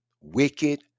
wicked